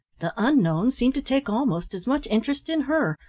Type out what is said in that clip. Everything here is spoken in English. the unknown seemed to take almost as much interest in her,